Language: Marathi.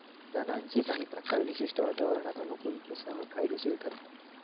तणांचे काही प्रकार विशिष्ट वातावरणात अनुकुलतेसह फायदेशिर ठरतत